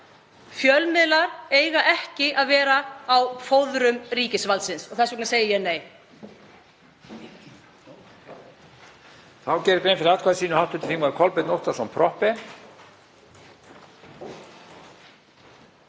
Fjölmiðlar eiga ekki að vera á fóðrum ríkisvaldsins og þess vegna segi ég nei.